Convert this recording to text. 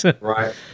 Right